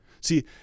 See